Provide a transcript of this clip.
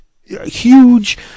huge